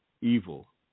evil